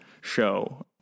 show